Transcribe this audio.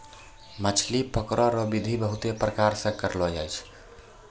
मछली पकड़ै रो बिधि बहुते प्रकार से करलो जाय छै